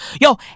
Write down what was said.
Yo